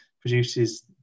produces